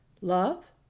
Love